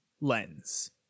lens